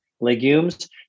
legumes